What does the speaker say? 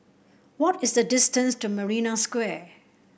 what is the distance to Marina Square